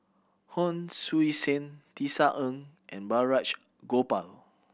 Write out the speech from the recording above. Hon Sui Sen Tisa Ng and Balraj Gopal